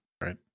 Right